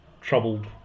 troubled